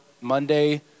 Monday